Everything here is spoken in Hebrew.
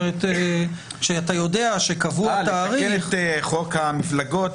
כשאתה יודע שקבוע תאריך --- לתקן את חוק המפלגות,